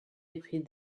épris